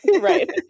Right